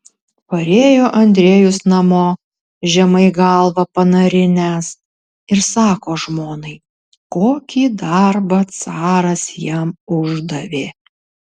parėjo andrejus namo žemai galvą panarinęs ir sako žmonai kokį darbą caras jam uždavė